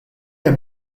hemm